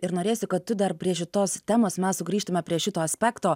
ir norėsiu kad tu dar prie šitos temos mes sugrįžtume prie šito aspekto